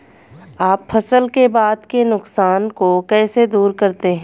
आप फसल के बाद के नुकसान को कैसे दूर करते हैं?